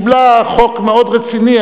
קיבלה חוק מאוד רציני.